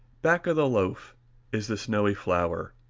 back of the loaf is the snowy flour,